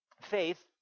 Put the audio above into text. Faith